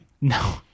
no